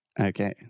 Okay